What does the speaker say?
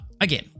again